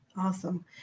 Awesome